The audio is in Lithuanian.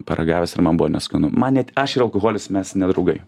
paragavęs ir man buvo neskanu man net aš ir alkoholis mes nedraugai